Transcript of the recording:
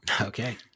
Okay